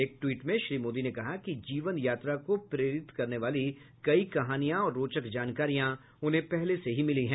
एक टवीट में श्री मोदी ने कहा कि जीवन यात्रा को प्रेरित करने वाली कई कहानियां और रोचक जानकारियां उन्हें पहले से ही मिली हैं